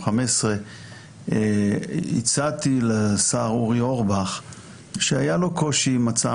ל-2015 אמרתי לשר אורי אורבך כשהיה לו קושי עם הצעה